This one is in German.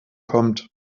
kommt